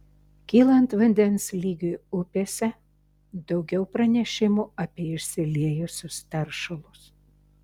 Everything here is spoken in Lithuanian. kylant vandens lygiui upėse daugiau pranešimų apie išsiliejusius teršalus